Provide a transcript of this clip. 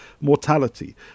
Mortality